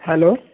hello